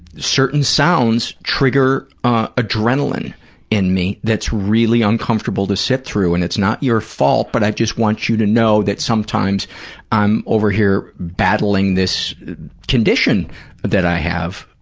certain sounds trigger adrenaline in me that's really uncomfortable to sit through, and it's not your fault, but i just want you to know that sometimes i'm over here battling this condition that i have.